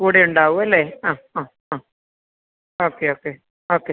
കൂടെ ഉണ്ടാവും അല്ലേ ആ അ അ ഓക്കെ ഓക്കെ ഓക്കെ